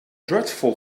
dreadful